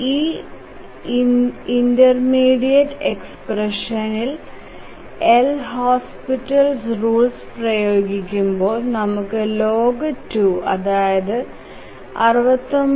ഈ ഇന്ഡെടെര്മിനേറ്റ എക്സ്പ്രഷനിൽ Lhospitals rule പ്രയോഗിക്കുമ്പോൾ നമുക്ക് log2 അതായത് 69